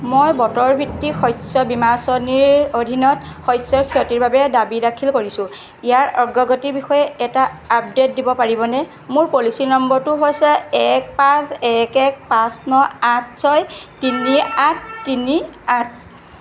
মই বতৰ ভিত্তিক শস্য বীমা আঁচনিৰ অধীনত শস্যৰ ক্ষতিৰ বাবে দাবী দাখিল কৰিছোঁ ইয়াৰ অগ্ৰগতিৰ বিষয়ে এটা আপডেট দিব পাৰিবনে মোৰ পলিচী নম্বৰটো হৈছে এক পাঁচ এক এক পাঁচ ন আঠ ছয় তিনি আঠ তিনি আঠ